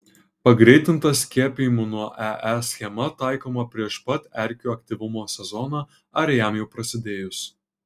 pagreitinta skiepijimų nuo ee schema taikoma prieš pat erkių aktyvumo sezoną ar jam jau prasidėjus